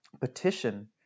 petition